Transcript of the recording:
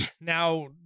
now